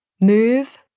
Move